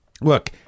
look